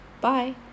Bye